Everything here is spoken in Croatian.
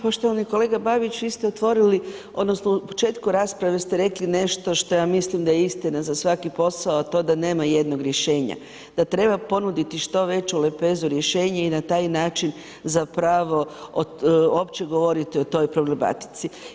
Poštovani kolega Babić, vi ste otvorili, odnosno u početku rasprave ste rekli nešto što ja mislim da je istina za svaki posao, a to da nema jednog rješenja, da treba ponuditi što veću lepezu rješenja i na taj način zapravo opće govoriti o toj problematici.